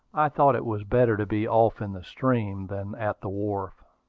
i thought it was better to be off in the stream than at the wharf.